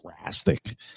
drastic